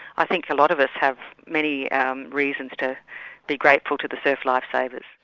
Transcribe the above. i think a lot of us have many and reasons to be grateful to the surf lifesavers.